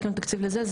יש לנו תקציב לזה.